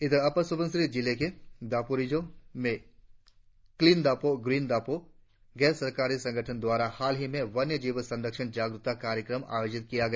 इधर अपर सुबनसिरी जिले के दापोरिजों में क्लीन दापो ग्रीन दापो गैर सरकारी संगठन द्वारा हाल ही में वन्य जीव संरक्षण जागरुकता कार्यक्रम आयोजित किया गया